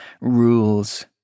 rules